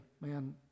man